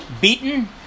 beaten